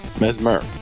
Mesmer